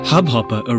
Hubhopper